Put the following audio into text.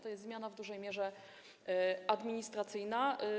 To jest zmiana w dużej mierze administracyjna.